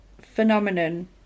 phenomenon